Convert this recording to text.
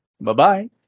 Bye-bye